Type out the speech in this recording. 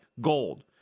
gold